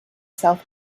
south